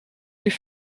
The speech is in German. die